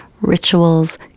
rituals